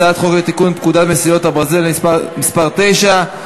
הצעת חוק לתיקון פקודת מסילות הברזל (מס' 9),